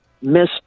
Miss